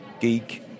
geek